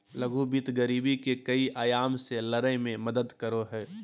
लघु वित्त गरीबी के कई आयाम से लड़य में मदद करो हइ